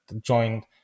joined